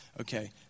Okay